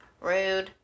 rude